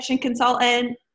consultant